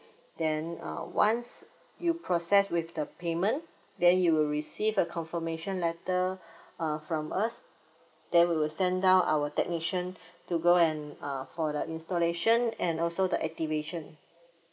then uh once you process with the payment then you will receive a confirmation letter uh from us then we will send out our technician to go and uh for the installation and also the activation